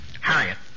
Harriet